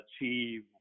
achieve